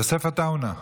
יוסף עטאונה?